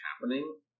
happening